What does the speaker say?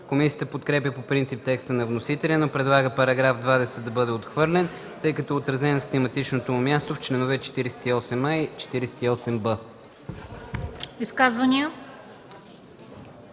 Комисията подкрепя по принцип текста на вносителя, но предлага § 20 да бъде отхвърлен, тъй като е отразен на систематичното му място в чл. 48а и чл. 48б.